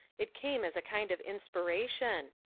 it came as a kind of inspiration.